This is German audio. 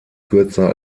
kürzer